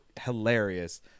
hilarious